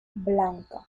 blanca